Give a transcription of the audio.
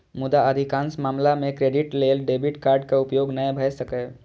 मुदा अधिकांश मामला मे क्रेडिट लेल डेबिट कार्डक उपयोग नै भए सकैए